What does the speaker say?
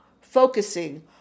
focusing